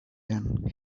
then